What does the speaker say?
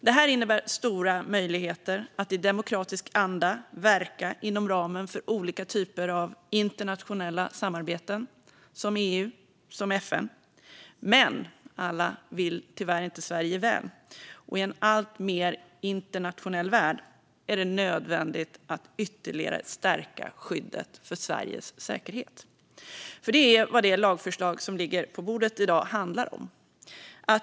Det här innebär stora möjligheter att i demokratisk anda verka inom ramen för olika typer av internationella samarbeten, till exempel EU och FN. Men alla vill tyvärr inte Sverige väl, och i en alltmer internationell värld är det nödvändigt att ytterligare stärka skyddet för Sveriges säkerhet. Det är vad det lagförslag som ligger på bordet i dag handlar om.